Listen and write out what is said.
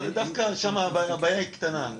דווקא שמה הבעיה היא קטנה,